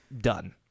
done